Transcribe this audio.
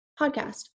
podcast